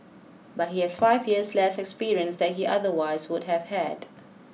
but he has five years less experience that he otherwise would have had